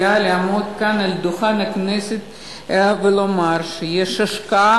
אני גאה לעמוד כאן על דוכן הכנסת ולומר שיש השקעה